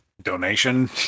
donation